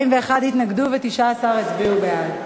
41 התנגדו ו-19 הצביעו בעד,